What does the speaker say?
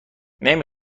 نمی